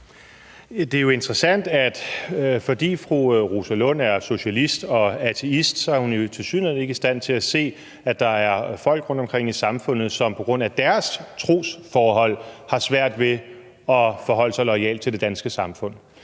Det er jo interessant, at fordi fru Rosa Lund er socialist og ateist, så er hun tilsyneladende ikke i stand til at se, at der er folk rundtomkring i samfundet, som på grund af deres trosforhold har svært ved at forholde sig loyalt til det danske samfund.